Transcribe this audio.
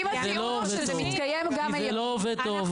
כי זה לא עובד טוב.